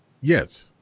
Yes